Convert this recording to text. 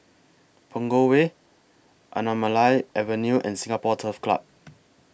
Punggol Way Anamalai Avenue and Singapore Turf Club